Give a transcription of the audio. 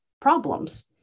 problems